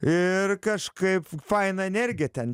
ir kažkaip faina energija ten